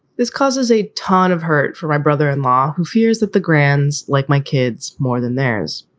this causes a ton of hurt for my brother in law who fears that the grandkids like my kids more than theirs.